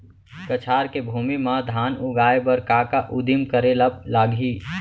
कछार के भूमि मा धान उगाए बर का का उदिम करे ला लागही?